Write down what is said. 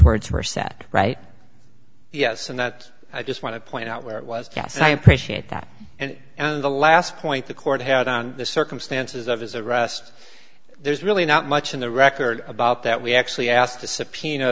words were set right yes and that i just want to point out where it was yes i appreciate that and and the last point the court had on the circumstances of his arrest there's really not much in the record about that we actually asked